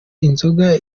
inzoga